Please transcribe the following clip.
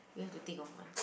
you have to think of one